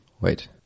Wait